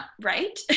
right